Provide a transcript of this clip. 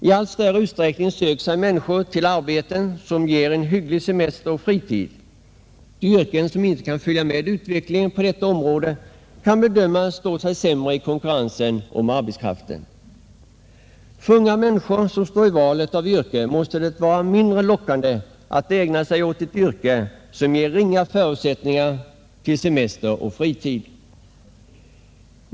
I allt större utsträckning söker sig människor till arbeten som ger hygglig semester och fritid. De yrken som inte kan följa med utvecklingen på detta område kan bedömas stå sig sämre i konkurrensen om arbetskraft. För unga människor som står inför valet av yrke måste det vara mindre lockande att ägna sig åt ett yrke som ger ringa möjligheter till semester och fritid.